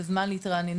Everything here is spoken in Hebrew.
זה זמן להתרעננות,